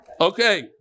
Okay